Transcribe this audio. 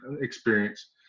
experience